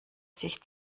sich